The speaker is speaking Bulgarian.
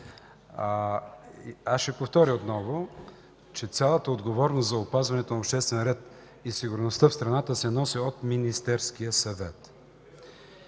Ще повторя отново, че цялата отговорност за опазването на обществения ред и сигурността в страната се носи от Министерския съвет.